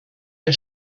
der